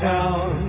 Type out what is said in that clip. Town